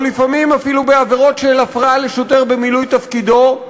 או לפעמים אפילו בעבירות של הפרעה לשוטר במילוי תפקידו,